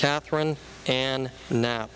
catherine and no